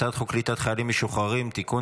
הצעת חוק קליטת חיילים משוחררים (תיקון,